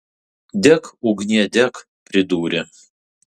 dek ugnie dek pridūrė